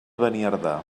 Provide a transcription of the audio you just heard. beniardà